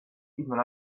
even